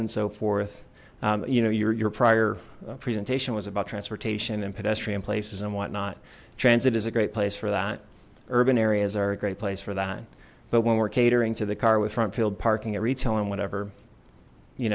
and so forth you know your prior presentation was about transportation and pedestrian places and whatnot transit is a great place for that urban areas are a great place for that but when we're catering to the car with front filled parking at retail and whatever you